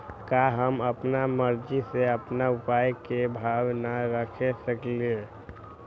का हम अपना मर्जी से अपना उपज के भाव न रख सकींले?